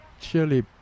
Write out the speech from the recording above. chili